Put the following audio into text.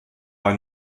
war